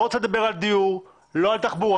לא רוצה לדבר על דיור, לא על תחבורה.